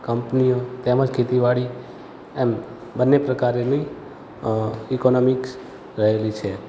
કંપનીઓ તેમજ ખેતીવાડી એમ બંને પ્રકારેની અ ઈકૉનોમિક્સ રહેલી છે